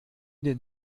den